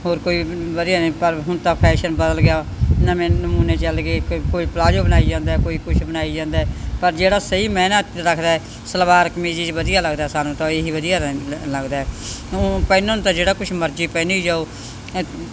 ਹੋਰ ਕੋਈ ਵਧੀਆ ਨਹੀਂ ਪਰ ਹੁਣ ਤਾਂ ਫੈਸ਼ਨ ਬਦਲ ਗਿਆ ਨਵੇਂ ਨਮੂਨੇ ਚੱਲ ਗਏ ਕੋਈ ਪਲਾਜੋ ਬਣਾਈ ਜਾਂਦਾ ਕੋਈ ਕੁਛ ਬਣਾਈ ਜਾਂਦਾ ਪਰ ਜਿਹੜਾ ਸਹੀ ਮਾਇਨਾ ਰੱਖਦਾ ਸਲਵਾਰ ਕਮੀਜ਼ 'ਚ ਵਧੀਆ ਲੱਗਦਾ ਸਾਨੂੰ ਤਾਂ ਇਹ ਹੀ ਵਧੀਆ ਰਹਿੰ ਲੱਗਦਾ ਊਂ ਪਹਿਨਣ ਨੂੰ ਤਾਂ ਜਿਹੜਾ ਕੁਛ ਮਰਜ਼ੀ ਪਹਿਨੀ ਜਾਓ